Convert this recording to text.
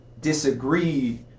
disagree